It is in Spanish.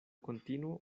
continuo